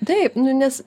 taip nu nes